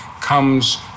comes